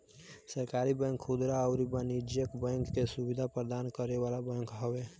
सहकारी बैंक खुदरा अउरी वाणिज्यिक बैंकिंग के सुविधा प्रदान करे वाला बैंक हवे